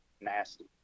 Nasty